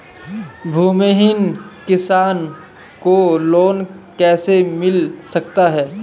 भूमिहीन किसान को लोन कैसे मिल सकता है?